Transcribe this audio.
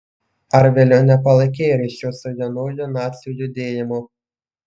ar vėliau nepalaikei ryšių su jaunųjų nacių judėjimu